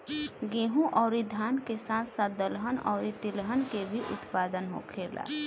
गेहूं अउरी धान के साथ साथ दहलन अउरी तिलहन के भी उत्पादन होखेला